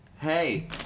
Hey